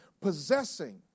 possessing